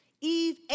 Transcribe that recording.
Eve